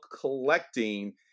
collecting